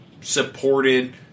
supported